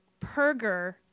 Perger